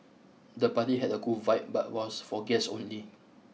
the party had a cool vibe but was for guests only